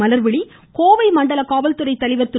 மலர்விழி கோவை மண்டல காவல்துறை தலைவர் திரு